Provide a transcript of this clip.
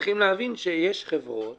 צריך להבין שיש חברות